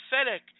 pathetic